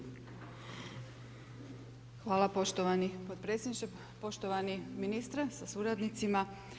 Hvala poštovani potpredsjedniče, poštovani ministre sa suradnicima.